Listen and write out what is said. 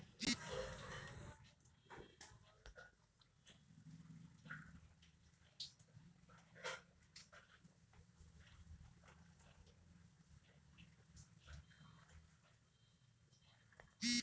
कोनो देश या राज्यक पाइ संबंधी निमेरा करबाक जिम्मेबारी बित्त मंत्रीक होइ छै